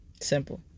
Simple